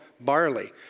barley